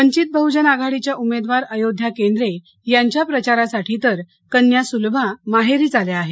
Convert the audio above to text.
वंचित बहजन आघाडीच्या उमेदवार अयोध्या केंद्रे यांच्या प्रचारासाठी तर कन्या सुलभा माहेरीच आल्या आहेत